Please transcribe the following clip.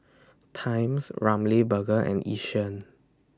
Times Ramly Burger and Yishion